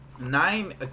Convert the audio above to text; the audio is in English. Nine